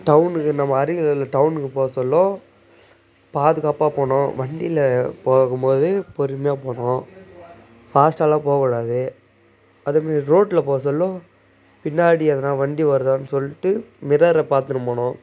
டவுனுக்கு நம்ம அருகில் உள்ள டவுனுக்கு போக சொல்ல பாதுகாப்பாக போகணும் வண்டியில் போகும்போது பொறுமையாக போகணும் ஃபாஸ்ட்டாலாம் போகக்கூடாது அதுமாரி ரோட்டில் போக சொல்ல பின்னாடி எதுனா வண்டி வருதான்னு சொல்லிட்டு மிரர்ரை பார்த்துன்னு போகணும்